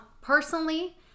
Personally